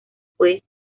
fue